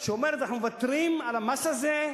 שאומרת: אנחנו מוותרים על המס הזה,